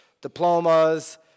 diplomas